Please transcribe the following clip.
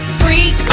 freak